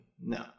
No